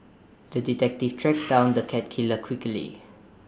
the detective tracked down the cat killer quickly